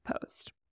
post